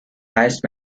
highest